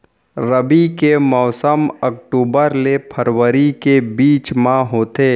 रबी के मौसम अक्टूबर ले फरवरी के बीच मा होथे